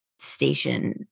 station